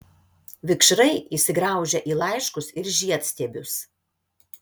vikšrai įsigraužia į laiškus ir žiedstiebius